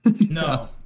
No